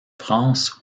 france